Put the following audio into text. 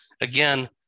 again